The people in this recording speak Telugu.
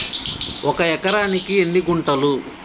ఒక ఎకరానికి ఎన్ని గుంటలు?